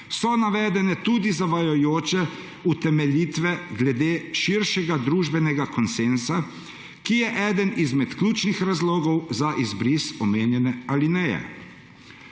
so navedene tudi zavajajoče utemeljitve glede širšega družbenega konsenza, ki je eden izmed ključnih razlogov za izbris omenjene alineje.